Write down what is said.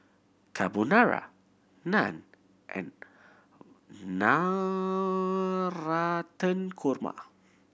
Carbonara Naan and Navratan Korma